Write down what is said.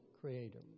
creator